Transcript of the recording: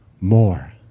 more